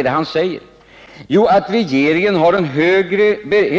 Jo, han säger att regeringen har en